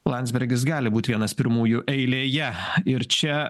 landsbergis gali būt vienas pirmųjų eilėje ir čia